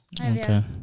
Okay